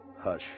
hush